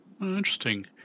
Interesting